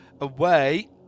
away